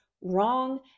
wrong